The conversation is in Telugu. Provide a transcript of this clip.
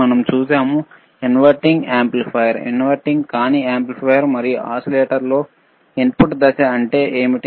మనం చూశాము ఇన్వర్టింగ్ యాంప్లిఫైయర్ ఇన్వర్టింగ్ కాని యాంప్లిఫైయర్ మరియు ఓసిలేటర్లలో ఇన్పుట్ దశ అంటే ఏమిటి